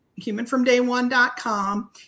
humanfromdayone.com